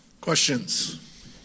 Questions